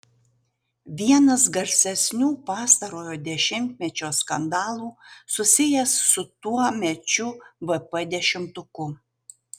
vienas garsesnių pastarojo dešimtmečio skandalų susijęs su tuomečiu vp dešimtuku